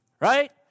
right